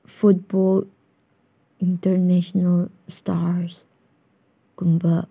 football international ꯏꯁꯇꯥꯔꯁꯒꯨꯝꯕ